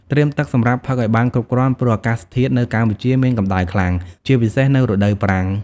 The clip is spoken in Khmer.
ត្រៀមទឹកសម្រាប់ផឹកឲ្យបានគ្រប់គ្រាន់ ព្រោះអាកាសធាតុនៅកម្ពុជាមានកម្ដៅខ្លាំង ជាពិសេសនៅរដូវប្រាំង។